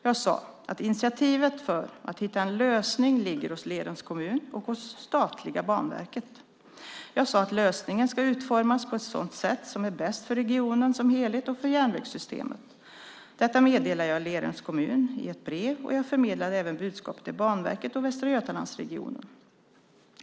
Jag sade att initiativet för att hitta en lösning ligger hos Lerums kommun och hos statliga Banverket. Jag sade att lösningen ska utformas på ett sätt som är bäst för regionen som helhet och för järnvägssystemet. Detta meddelade jag Lerums kommun i ett brev, och jag förmedlade även budskapet till Banverket och Västra Götalandsregionen.